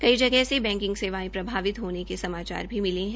कई जगह से बैंकिंग सेवायें प्रभावित होने के समाचार भी मिले है